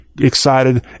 excited